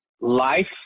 life